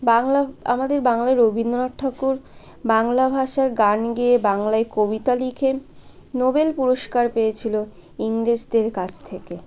বাংলা আমাদের বাংলার রবীন্দ্রনাথ ঠাকুর বাংলা ভাষায় গান গেয়ে বাংলায় কবিতা লিখে নোবেল পুরস্কার পেয়েছিল ইংরেজদের কাছ থেকে